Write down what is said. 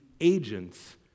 agents